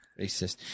Racist